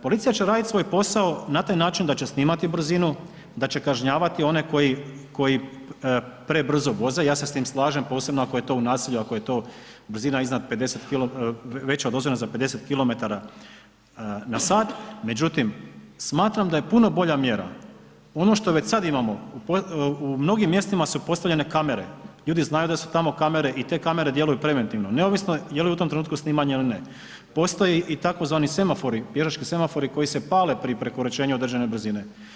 Policija će raditi svoj posao na taj način da će snimati brzinu, da će kažnjavati one koji prebrzo voze, ja se s tim slažem, posebno ako je to u naselju, ako je to brzina iznad 50, veća od dozvoljene za 50 km/h, međutim, smatram da je puno bolja mjera ono što već sad imamo, u mnogim mjestima su postavljene kamere, ljudi znaju da su tamo kamere i te kamere djeluju preventivno, neovisno je li u tom trenutku snimanje ili ne, postoje i tzv. semafori, pješački semafori koji se pale pri prekoračenju određene brzine.